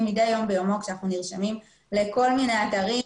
מדי יום ביומו כשאנחנו נרשמים לכל מיני אתרים,